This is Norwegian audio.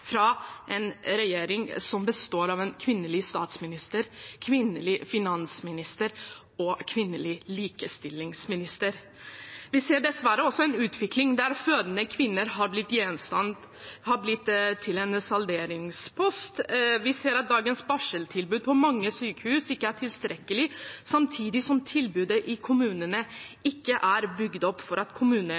fra en regjering som består av en kvinnelig statsminister, en kvinnelig finansminister og en kvinnelig likestillingsminister. Vi ser dessverre også en utvikling der fødende kvinner har blitt en salderingspost. Vi ser at dagens barseltilbud på mange sykehus ikke er tilstrekkelig, samtidig som tilbudet i kommunene ikke er bygd opp for at